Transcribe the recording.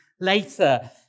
later